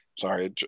Sorry